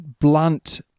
blunt